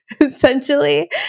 essentially